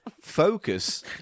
Focus